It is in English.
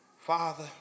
Father